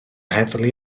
heddlu